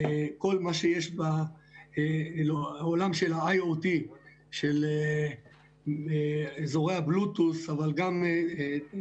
כל מה שיש בעולם של ה- IOT של אזורי הבלוטות' אבל גם טכנולוגיות